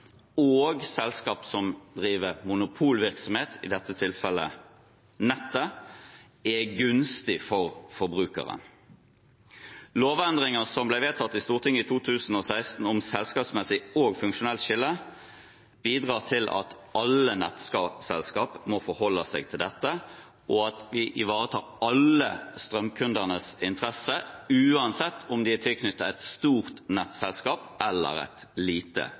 og selskap som driver monopolvirksomhet, i dette tilfellet nettet, er gunstig for forbrukeren. Lovendringer som ble vedtatt i Stortinget i 2016, om selskapsmessig og funksjonelt skille, bidrar til at alle nettselskap må forholde seg til dette, og at vi ivaretar alle strømkundenes interesser, uansett om de er tilknyttet et stort eller et lite